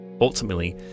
Ultimately